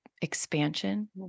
expansion